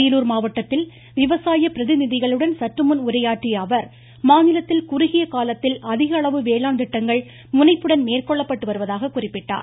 அரியலூர் மாவட்டத்தில் விவசாய பிரதிநிதிகளுடன் சற்றுமுன் உரையாற்றிய அவர் மாநிலத்தில் குறுகிய காலத்தில் அதிகளவு வேளாண் திட்டங்கள் முனைப்புடன் மேற்கொள்ளப்பட்டு வருவதாக குறிப்பிட்டார்